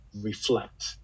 reflect